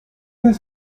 has